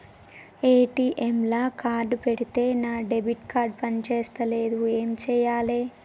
ATM లా card పెడితే నా డెబిట్ కార్డ్ పని చేస్తలేదు ఏం చేయాలే?